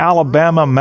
Alabama